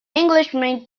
englishman